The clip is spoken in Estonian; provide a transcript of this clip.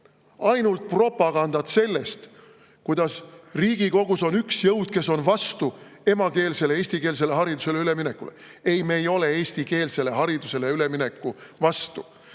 Ainult propagandat selle kohta, kuidas Riigikogus on üks jõud, kes on vastu emakeelsele, eestikeelsele haridusele üleminekule. Ei, me ei ole eestikeelsele haridusele ülemineku vastu.